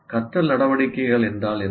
கற்றல் நடவடிக்கைகள் என்றால் என்ன